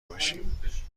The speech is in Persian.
باشیم